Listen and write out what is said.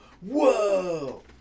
Whoa